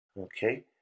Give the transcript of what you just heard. Okay